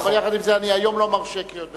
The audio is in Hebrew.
אבל עם זה, אני היום לא מרשה קריאות ביניים.